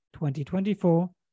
2024